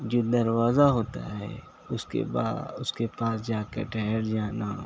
جو دروازہ ہوتا ہے اس کے اس کے باہر اس کے پاس جا کے ٹھہر جانا